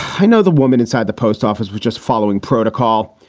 i know the woman inside the post office was just following protocol.